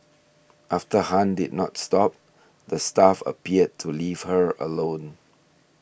after Han did not stop the staff appeared to leave her alone